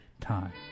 time